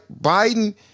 Biden